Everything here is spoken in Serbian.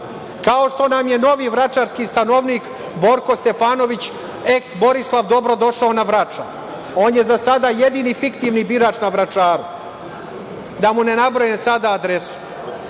Kao što nam je novi vračarski stanovnik Borko Stefanović, eks Borislav, dobrodošao na Vračar. On je za sada jedini fiktivni birač na Vračaru. Da mu ne nabrajam sada adresu.